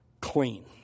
clean